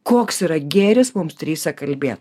koks yra gėris mums trise kalbėt